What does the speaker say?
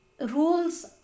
rules